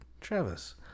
Travis